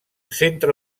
centre